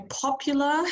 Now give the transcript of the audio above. popular